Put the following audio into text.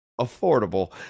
affordable